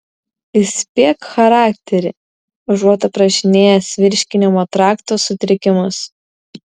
įspėk charakterį užuot aprašinėjęs virškinimo trakto sutrikimus